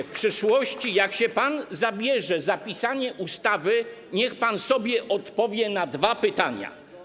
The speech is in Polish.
W przyszłości jak się pan zabierze za pisanie ustawy, niech pan sobie odpowie na dwa pytania.